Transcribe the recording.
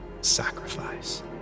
sacrifice